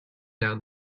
down